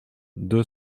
deux